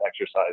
exercise